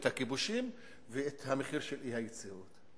את מחיר הכיבושים ואת המחיר של אי-היציבות.